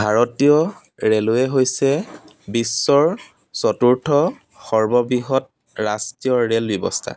ভাৰতীয় ৰেইলৱে হৈছে বিশ্বৰ চতুৰ্থ সৰ্ববৃহৎ ৰাষ্ট্ৰীয় ৰেল ব্যৱস্থা